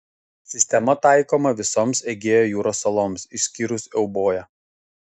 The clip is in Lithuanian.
sistema taikoma visoms egėjo jūros saloms išskyrus euboją